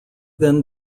then